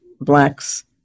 blacks